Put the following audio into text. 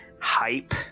hype